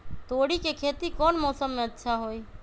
तोड़ी के खेती कौन मौसम में अच्छा होई?